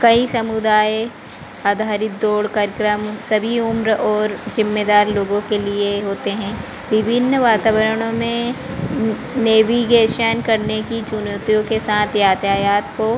कई समुदाय आधारित दौड़ कार्यक्रम सभी उम्र और जिम्मेदार लोगों के लिए होते हैं विभिन्न वातावरणों में नेवीगेशन करने की चुनौतियों के साथ यातायात को